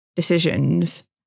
decisions